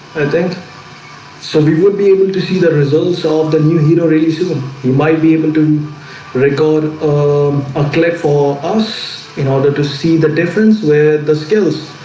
i think so we would be able to see the results of the new hero releases um you might be able to record um a clip for us in order to see the difference where the skills